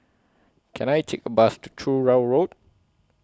Can I Take A Bus to Truro Road